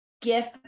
gift